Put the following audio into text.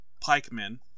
pikemen